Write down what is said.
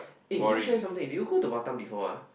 eh want try something did you go to Batam before ah